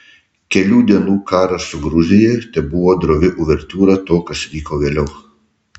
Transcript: kelių dienų karas su gruzija tebuvo drovi uvertiūra to kas vyko vėliau